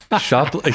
shop